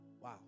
Wow